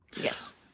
yes